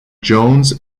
jones